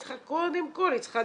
היא צריכה קודם כל דיור,